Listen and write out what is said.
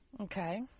Okay